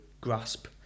grasp